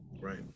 Right